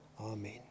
Amen